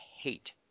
hate